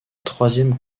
troisième